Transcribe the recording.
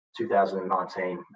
2019